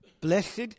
Blessed